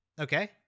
Okay